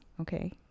Okay